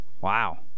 Wow